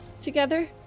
together